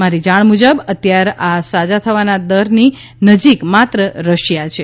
મારી જાણ મુજબ અત્યાર આ સાજા થવાના દરની નજીક માત્ર રશિયા છે